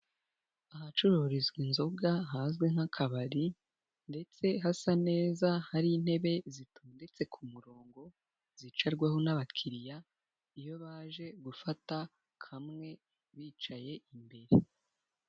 Ahacururizwa inzoga hazwi nk'akabari ndetse hasa neza, hari intebe zitondetse ku murongo zicarwaho n'abakiriya iyo baje gufata kamwe bicaye imbere.